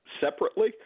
separately